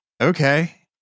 okay